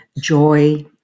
joy